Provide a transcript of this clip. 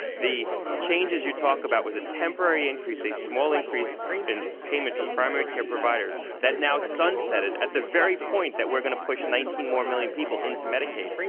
the changes you talk about was a temporary increase, a small increase in payments to primary care providers, that now sunsetted at the very point that we're going to push nineteen more million people into medicaid.